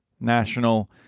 national